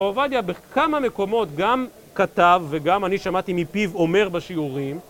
עובדיה בכמה מקומות גם כתב וגם אני שמעתי מפיו אומר בשיעורים